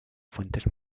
fuentes